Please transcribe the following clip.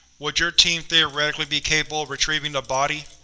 would your team theoretically be capable of retrieving the body?